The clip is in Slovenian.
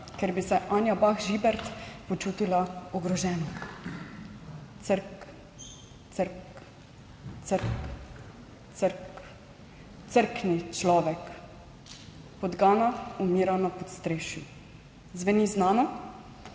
ker bi se Anja Bah Žibert počutila ogroženo. "Crk, crk, crk, crk, crkni, človek. Podgana umira na podstrešju." Zveni znano?